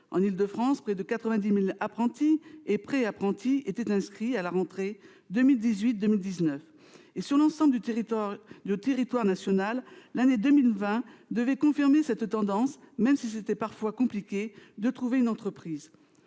en Île-de-France, près de 90 000 apprentis et préapprentis étaient inscrits à la rentrée 2018-2019. Sur l'ensemble du territoire national, l'année 2020 devait confirmer cette tendance, même s'il était parfois compliqué, pour les apprentis,